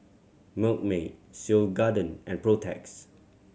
Milkmaid Seoul Garden and Protex